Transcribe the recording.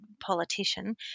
politician